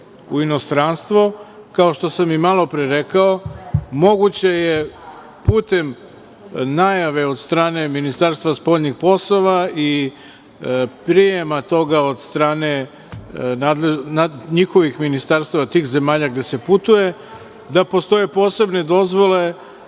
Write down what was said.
u inostranstvo, kao što sam i malopre rekao, moguće je putem najave od strane Ministarstva spoljnih poslova i prijema toga od strane njihovih ministarstava, tih zemalja gde se putuje, da postoje posebne dozvole